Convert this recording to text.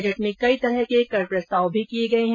budget में कई तरह के कर प्रस्ताव भी किये गये है